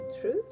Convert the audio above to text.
true